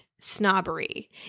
snobbery